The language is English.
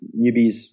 newbies